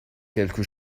quelque